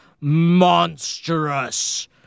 monstrous